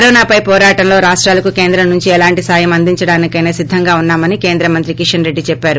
కరోనపై పోరాటంలో రాష్టాలకి కేంద్రం నుంచి ఎలాంటి సాయం అందించడానికైనా సిద్దంగా ఉన్నామని కేంద్ర మంత్రి కిషన్రెడ్డి చెప్పారు